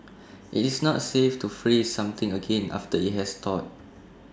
IT is not safe to freeze something again after IT has thawed